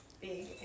big